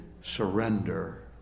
surrender